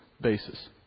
basis